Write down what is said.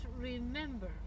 remember